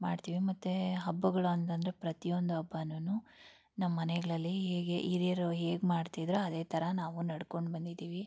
ಮಾಡ್ತೀವಿ ಮತ್ತು ಹಬ್ಬಗಳು ಅಂತಂದರೆ ಪ್ರತಿಯೊಂದು ಹಬ್ಬನುನೂ ನಮ್ಮ ಮನೆಗಳಲ್ಲಿ ಹೇಗೆ ಹಿರಿಯರು ಹೇಗೆ ಮಾಡ್ತಿದ್ದರೋ ಅದೇ ಥರ ನಾವು ನಡ್ಕೊಂಡು ಬಂದಿದ್ದೀವಿ